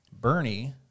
Bernie